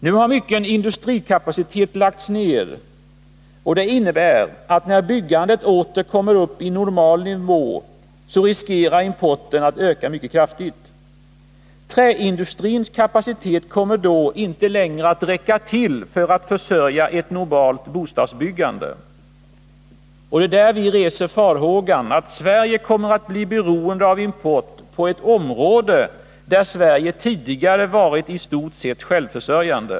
Nu har mycken industrikapacitet lagts ner. Det innebär att importen riskerar att öka mycket kraftigt, när byggandet åter kommer upp i normal nivå. Träindustrins kapacitet kommer då inte längre att räcka till för att försörja ett normalt bostadsbyggande. Vi hyser därför farhågor för att Sverige kommer att bli beroende av import på ett område där vårt land tidigare varit i stort sett självförsörjande.